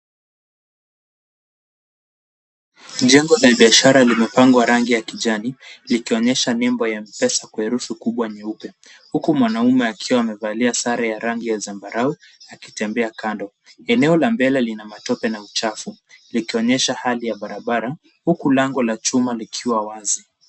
Jengo la biashara limepakwa rangi ya kijani likionyesha nembo ya M-Pesa kwa herufi kubwa nyeupe huku mwanaume akiwa amevalia sare ya rangi ya zambarau akitembea kando. Eneo la mbele lina matope na uchafu likionyesha hali ya barabara huku lango la chuma likiwa wazi.